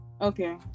Okay